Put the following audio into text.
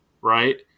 right